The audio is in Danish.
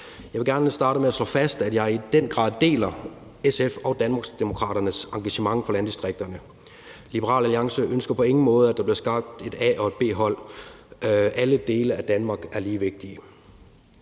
Jeg vil gerne starte med at slå fast, at jeg i den grad deler SF og Danmarksdemokraternes engagement i landdistrikterne. Liberal Alliance ønsker på ingen måde, at der bliver skabt et A- og B-hold. Alle dele af Danmark er lige vigtige.